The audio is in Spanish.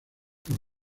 por